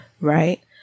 right